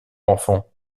enfants